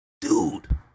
dude